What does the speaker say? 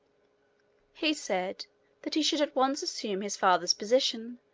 he said that he should at once assume his father's position,